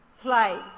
play